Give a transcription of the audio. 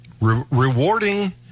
Rewarding